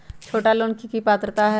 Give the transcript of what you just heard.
छोटा लोन ला की पात्रता है?